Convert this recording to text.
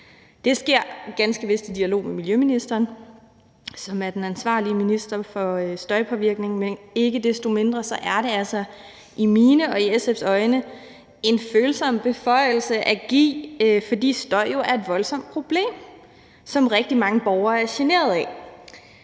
Det sker ganske vist i dialog med miljøministeren, som er den ansvarlige minister for støjpåvirkningen, men ikke desto mindre er det altså i mine og SF's øjne en følsom beføjelse at give, fordi støj jo er et voldsomt problem, som rigtig mange borgere er generet af.